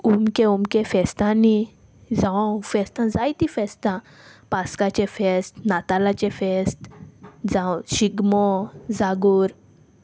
उमके उमके फेस्तांनी जावं फेस्तां जायतीं फेस्तां पासकाचे फेस्त नातालाचें फेस्त जावं शिगमो जागोर